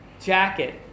jacket